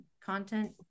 content